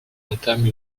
entament